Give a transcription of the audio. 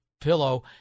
pillow